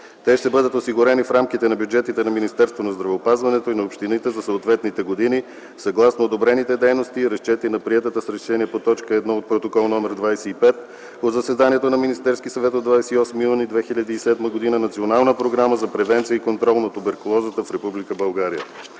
Те ще бъдат осигурени в рамките на бюджетите на Министерството на здравеопазването и на общините за съответните години, съгласно одобрените дейности и разчети на приетата с решение по т. 1 от Протокол № 2 от заседанието на Министерския съвет на 28 юни 2007 г. Национална програма за превенция и контрол на туберкулозата в Република България.